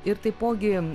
ir taipogi